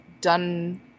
done